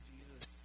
Jesus